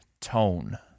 tone